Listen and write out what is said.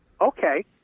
Okay